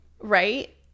right